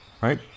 right